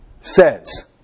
says